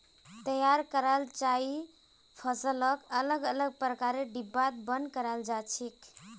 तैयार कराल चाइर फसलक अलग अलग प्रकारेर डिब्बात बंद कराल जा छेक